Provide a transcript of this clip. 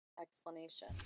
explanation